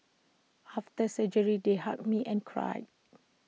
after surgery they hugged me and cried